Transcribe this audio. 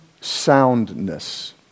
soundness